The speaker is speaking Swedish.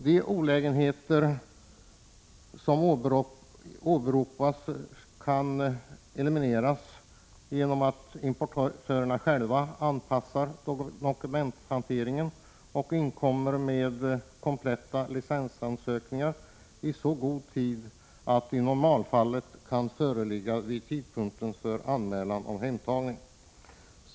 De olägenheter som åberopas kan elimineras genom att importörerna själva anpassar dokumenthanteringen och inkommer med kompletta licensansökningar i så god tid att de i normalfallet kan föreligga vid tidpunkten för anmälan om hemtagning.